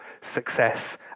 success